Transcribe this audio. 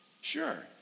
Sure